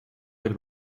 del